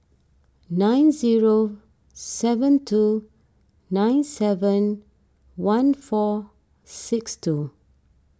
nine zero seven two nine seven one four six two